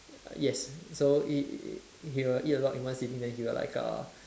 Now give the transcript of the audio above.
yes so it he will eat a lot in one sitting then he will like uh